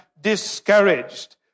discouraged